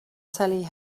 sally